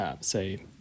say